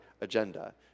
agenda